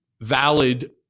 valid